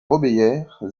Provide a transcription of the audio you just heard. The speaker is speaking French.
robéyère